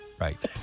Right